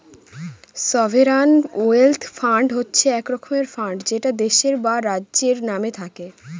sovereign wealth fund হচ্ছে এক রকমের ফান্ড যেটা দেশের বা রাজ্যের নামে থাকে